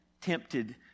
tempted